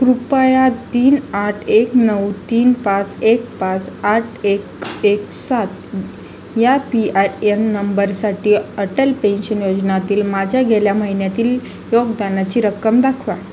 कृपया तीन आठ एक नऊ तीन पाच एक पाच आठ एक एक सात या पी आर एन नंबरसाठी अटल पेन्शन योजनातील माझ्या गेल्या महिन्यातील योगदानाची रक्कम दाखवा